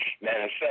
manifest